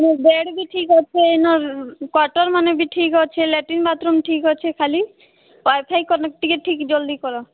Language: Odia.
ମୋ ବେଡ଼୍ ବି ଠିକ ଅଛେନ୍ ଅର୍ କ୍ଵାଟର ମାନେ ବି ଠିକ ଅଛେ ଲ୍ୟାଟ୍ରିନ୍ ବାଥରୁମ୍ ଠିକ ଅଛେ ଖାଲି ୱାଇ ଫାଇ କନେକ୍ଟ ଟିକେ ଠିକ ଜଲ୍ଦି କର